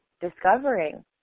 discovering